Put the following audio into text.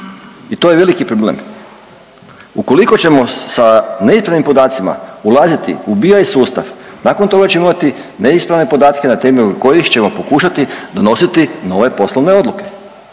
i to je veliki problem. Ukoliko ćemo sa neispravnim podacima ulaziti u … sustav nakon toga ćemo imati neispravne podatke na temelju kojih ćemo pokušati donositi nove poslovne odluke.